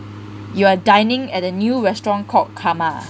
you are dining at a new restaurant called karma